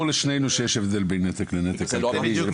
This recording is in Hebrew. לשנינו שיש הבדל בין נתק לבין נתק כלכלי.